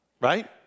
right